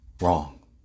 wrong